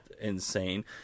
insane